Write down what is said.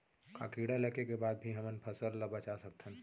का कीड़ा लगे के बाद भी हमन फसल ल बचा सकथन?